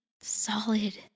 solid